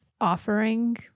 offering